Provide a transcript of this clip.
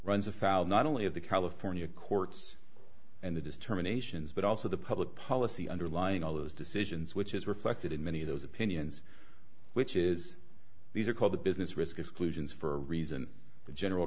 afoul not only of the california courts and that is terminations but also the public policy underlying all those decisions which is reflected in many of those opinions which is these are called the business risk exclusions for a reason the general